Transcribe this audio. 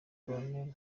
col